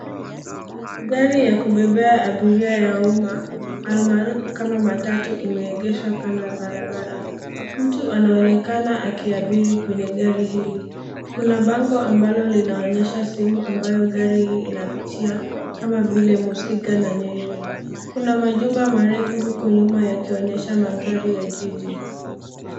Gari ya kubebea abiria ya umma, almaarufu kama matatu imeegeshwa kando ya barabara. Mtu anaonekana akiabiri kwenye gari hili. Kuna bango ambalo linaonyesha sehemu ambayo gari hii inapitia kama vile Muzika na Nyeri kuna majumba marefu huko nyuma ya kionyesha mandhari ya jiji.